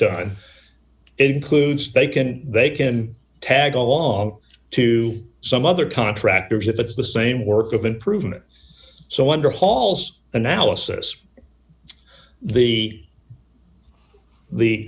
done includes bacon they can tag along to some other contractors if it's the same work of improvement so under hall's analysis the the